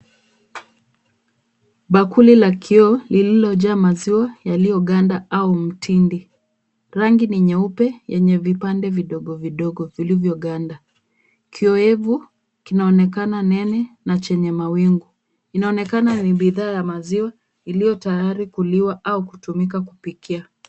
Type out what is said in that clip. Bakuli la kioo lililojaa maziwa yaliyoganda au mtindi. Rangi ni nyeupe yenye vipande vidogo vidogo vilivyoganda. Kiyoyevu kinaonekana mbele na chenye mawingu. Inaonekana ni bidhaa ya maziwa iliyotayari kuliwa au kupikiwa.